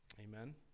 Amen